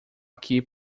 aqui